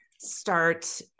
start